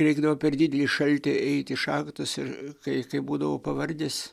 reikdavo per didelį šaltį eiti į šachtas ir kai būdavau pavargęs